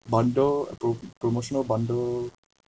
bundle pro~ promotional bundle